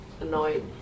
annoyed